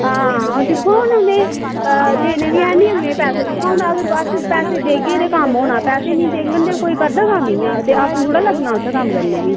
हां दिक्खो हून में देने बी हैन निं अगले गी पैसे दिक्खो हून अगर अस पैसे देगे ते कम्म होना पैसे निं देङन ते कोई करदा कम्म इ'यां ते आपूं थोह्ड़ा लग्गना उत्थै कम्म करने ई भी